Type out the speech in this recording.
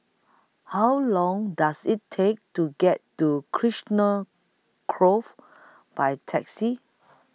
How Long Does IT Take to get to Grove By Taxi